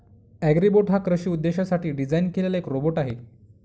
Agribot हा कृषी उद्देशांसाठी डिझाइन केलेला रोबोट आहे